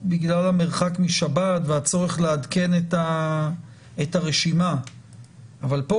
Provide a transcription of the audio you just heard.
בגלל המרחק משבת והצורך לעדכן את הרשימה אבל כאן